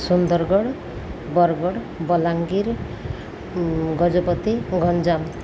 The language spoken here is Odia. ସୁନ୍ଦରଗଡ଼ ବରଗଡ଼ ବଲାଙ୍ଗୀର ଗଜପତି ଗଞ୍ଜାମ